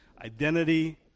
identity